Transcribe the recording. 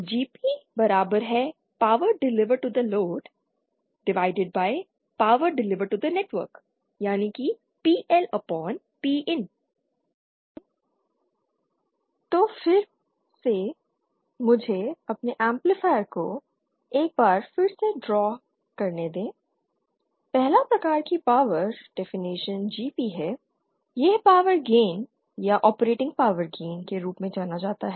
GPPower Delivered to the loadPower Delivered to the networkPLPIN पहले तो फिर से मुझे अपने एम्पलीफायर को एक बार फिर से ड्रा करने दें पहला प्रकार की पावर डेफिनिशन GP है यह पावर गेन या ऑपरेटिंग पावर गेन के रूप में जाना जाता है